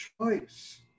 choice